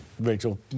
Rachel